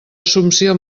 assumpció